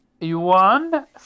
Yuan